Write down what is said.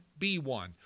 B1